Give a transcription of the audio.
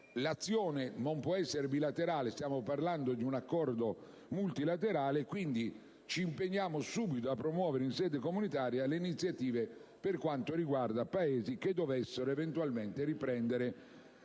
L'azione non può essere bilaterale - stiamo parlando di un Accordo multilaterale - e, quindi, ci impegniamo subito a promuovere in sede comunitaria le iniziative per quanto riguarda Paesi che dovessero eventualmente riprendere